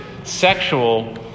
Sexual